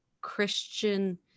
Christian